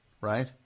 right